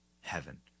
heaven